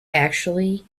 actually